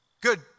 good